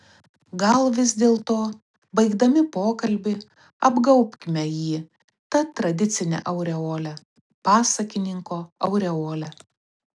gal vis dėlto baigdami pokalbį apgaubkime jį ta tradicine aureole pasakininko aureole